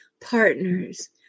partners